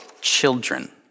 children